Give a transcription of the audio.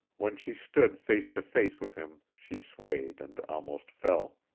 when she stood face to face with him she swayed and almost fell.